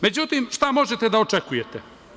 Međutim, šta možete da očekujete?